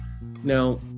now